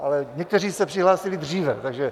Ale někteří se přihlásili dříve, takže...